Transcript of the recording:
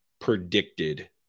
predicted